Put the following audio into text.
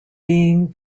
being